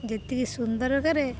ଯେତିକି ସୁନ୍ଦର କରେ